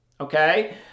Okay